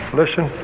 listen